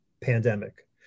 pandemic